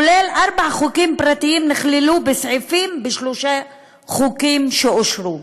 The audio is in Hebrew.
כולל ארבעה חוקים פרטיים שנכללו בסעיפים בשלושה חוקים שאושרו,